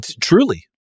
Truly